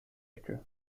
ecke